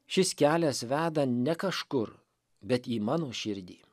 šis kelias veda ne kažkur bet į mano širdį